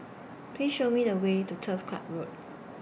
Please Show Me The Way to Turf Club Road